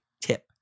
tip